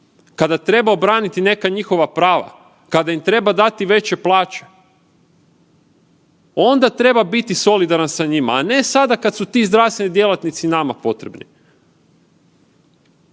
Kada treba obraniti neka njihova prava. Kada im treba dati veće plaće, onda treba biti solidaran sa njima, a ne sada kad su ti zdravstveni djelatnici nama potrebni.